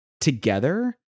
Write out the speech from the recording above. together